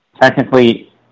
technically